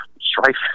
strife